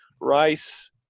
Rice